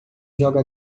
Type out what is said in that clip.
joga